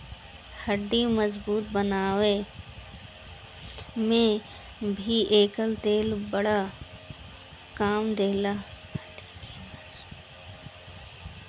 हड्डी के मजबूत बनावे में भी एकर तेल बड़ा काम देला